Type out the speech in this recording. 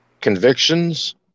convictions